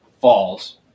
falls